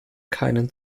keinen